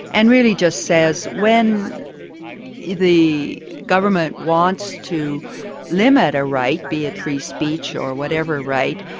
and really just says, when the government wants to limit a right, be it free speech or whatever right,